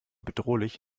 bedrohlich